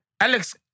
Alex